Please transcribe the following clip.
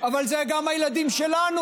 אבל זה גם הילדים שלנו.